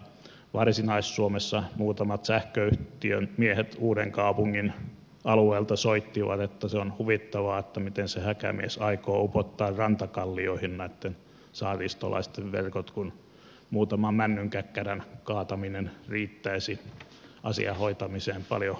varsinais suomessa muutamat sähköyhtiön miehet uudenkaupungin alueelta soittivat että on huvittavaa miten häkämies aikoo upottaa rantakallioihin saaristolaisten verkot kun muutaman männynkäkkärän kaataminen riittäisi asian hoitamiseen paljon halvemmalla